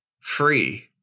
free